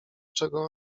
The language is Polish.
czego